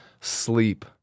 sleep